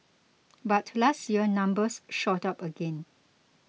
but last year numbers shot up again